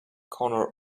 corner